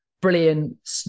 brilliant